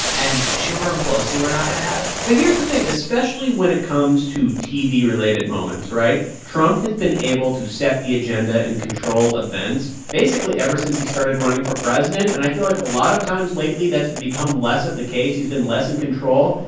and schumer and pelosi were not going to have it but here's the thing. especially when it comes to to tv-related moments right? trump has been able to set the agenda and control events, basically ever since he started running for president. and i feel like a lot of times lately, that's become less of the case he's been less in control.